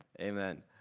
Amen